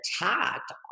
attacked